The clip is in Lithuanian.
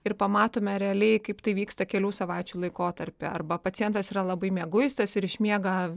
ir pamatome realiai kaip tai vyksta kelių savaičių laikotarpy arba pacientas yra labai mieguistas ir išmiega